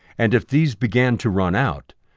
and if these began to run out,